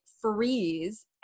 freeze